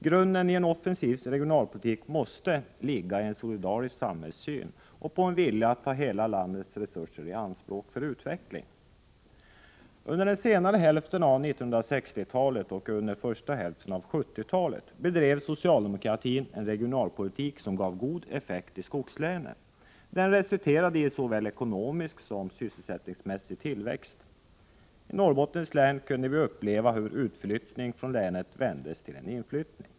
Grunden i en offensiv regionalpolitik måste ligga i en solidarisk samhällssyn och bygga på en vilja att ta hela landets resurser i anspråk för utveckling. Under den senare hälften av 1960-talet och under första hälften av 1970-talet bedrev socialdemokratin en regionalpolitik som gav god effekt i skogslänen. Den resulterade i såväl ekonomisk som sysselsättningsmässig tillväxt. I Norrbottens län kunde vi uppleva hur utflyttningen från länet vändes till en inflyttning.